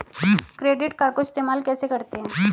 Credit card को इस्तेमाल कैसे करते हैं?